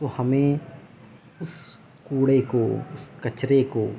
تو ہمیں اس کوڑے کو اس کچرے کو